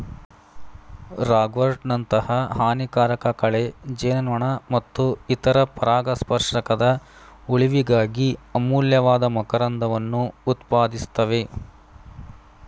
ರಾಗ್ವರ್ಟ್ನಂತಹ ಹಾನಿಕಾರಕ ಕಳೆ ಜೇನುನೊಣ ಮತ್ತು ಇತರ ಪರಾಗಸ್ಪರ್ಶಕದ ಉಳಿವಿಗಾಗಿ ಅಮೂಲ್ಯವಾದ ಮಕರಂದವನ್ನು ಉತ್ಪಾದಿಸ್ತವೆ